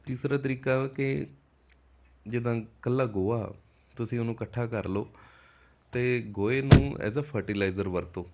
ਤੀਸਰਾ ਤਰੀਕਾ ਕਿ ਜਿੱਦਾਂ ਇਕੱਲਾ ਗੋਹਾ ਤੁਸੀਂ ਉਹਨੂੰ ਇਕੱਠਾ ਕਰ ਲਓ ਅਤੇ ਗੋਹੇ ਨੂੰ ਐਜ਼ ਆ ਫਰਟੀਲਾਈਜ਼ਰ ਵਰਤੋ